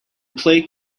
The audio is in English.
play